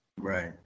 Right